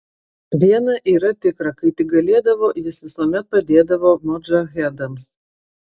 viena yra tikra kai tik galėdavo jis visuomet padėdavo modžahedams